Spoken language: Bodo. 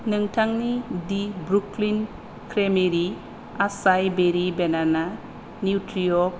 नोंथांनि दि ब्रुक्लिन क्रेमेरि आचाइ बेरि बेनाना न्युत्रिअर्ग